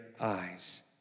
eyes